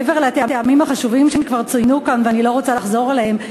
מעבר לטעמים החשובים שכבר צוינו כאן ואני לא רוצה לחזור עליהם,